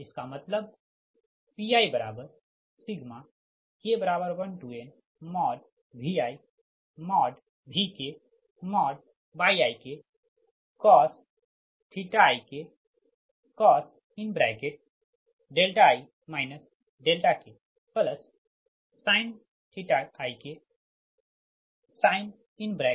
इसका मतलबPik1nViVkYikcos ik cos i k sin ik sin i k